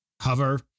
Hover